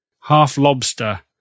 half-lobster